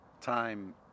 time